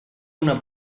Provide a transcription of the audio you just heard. una